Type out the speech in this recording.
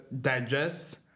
Digest